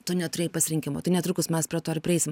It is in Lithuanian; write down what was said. tu neturėjai pasirinkimo tai netrukus mes prie to ir prieisim